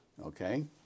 okay